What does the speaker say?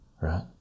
right